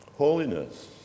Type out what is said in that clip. Holiness